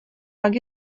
pak